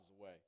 away